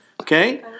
Okay